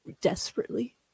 desperately